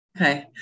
okay